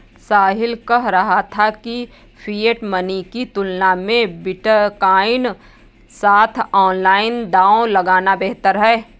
साहिल कह रहा था कि फिएट मनी की तुलना में बिटकॉइन के साथ ऑनलाइन दांव लगाना बेहतर हैं